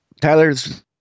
Tyler's